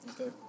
Okay